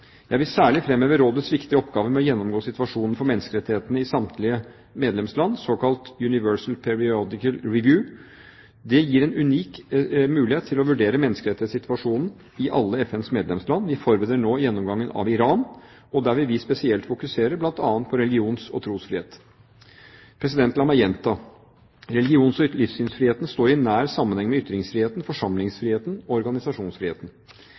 Jeg vil særlig fremheve rådets viktige oppgave med å gjennomgå situasjonen for menneskerettighetene i samtlige medlemsland, såkalt Universal Periodic Review. Det gir en unik mulighet til å vurdere menneskerettighetssituasjonen i alle FNs medlemsland. Vi forbereder nå gjennomgangen av Iran, og der vil vi spesielt fokusere på bl.a. religions- og trosfrihet. La meg gjenta: Religions- og livssynsfriheten står i nær sammenheng med ytringsfriheten, forsamlingsfriheten og organisasjonsfriheten.